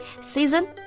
season